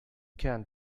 can’t